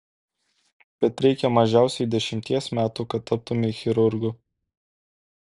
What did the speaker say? bet reikia mažiausiai dešimties metų kad taptumei chirurgu